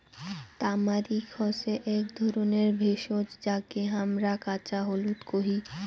তামারিক হসে আক ধরণের ভেষজ যাকে হামরা কাঁচা হলুদ কোহি